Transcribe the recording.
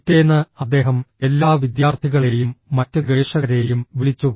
പിറ്റേന്ന് അദ്ദേഹം എല്ലാ വിദ്യാർത്ഥികളെയും മറ്റ് ഗവേഷകരെയും വിളിച്ചു